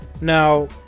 Now